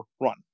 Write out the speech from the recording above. run